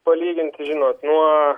palyginti žinot nuo